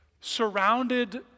surrounded